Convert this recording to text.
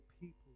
people